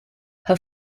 her